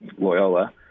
Loyola